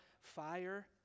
fire